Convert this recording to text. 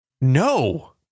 No